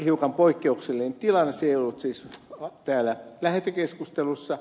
hiukan poikkeuksellinen tilanne se ei ollut siis täällä lähetekeskustelussa